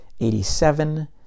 87